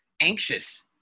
anxious